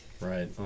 right